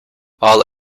all